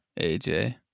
AJ